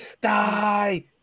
Die